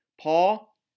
Paul